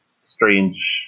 Strange